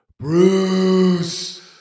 Bruce